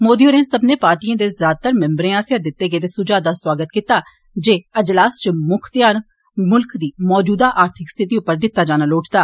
मोदी होरें सब्बने पार्टिएं दे ज्यादातर मिम्बरें आस्सेया दिते गेदे स्झा दा सौआगत कीता जे अजलास इच म्क्ख ध्यान म्ल्ख दी मौजूदा आर्थिक स्थिति उप्पर दिता जाना लोढ़चदा